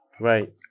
Right